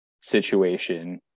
situation